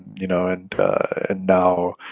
you know? and and now,